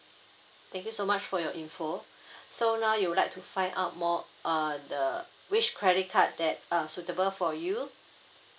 thank you so much for your info so now you would like to find out more uh the which credit card that uh suitable for you